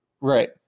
Right